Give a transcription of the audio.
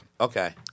Okay